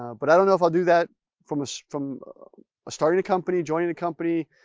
but i don't know, if i'll do that from, so from starting a company, joining a company